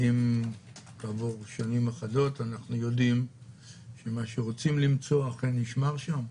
האם כעבור שנים אחדות אנחנו יודעים שמה שרוצים למצוא אכן נשמר שם?